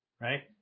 right